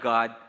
God